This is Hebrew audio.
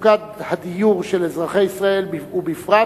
למצוקת הדיור של אזרחי ישראל ובפרט